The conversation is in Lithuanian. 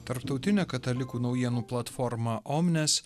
tarptautinė katalikų naujienų platforma omnes